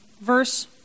verse